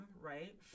right